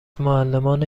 معلمان